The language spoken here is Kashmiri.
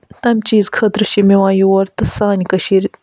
تَمہِ چیٖز خٲطرٕ چھِ یِم یِوان یور تہٕ سانہِ کٔشیٖرِ